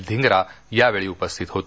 धिंग्रा यावेळी उपस्थित होते